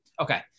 Okay